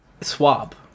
Swab